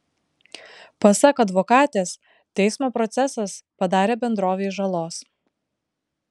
pasak advokatės teismo procesas padarė bendrovei žalos